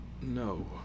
no